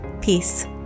Peace